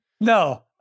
No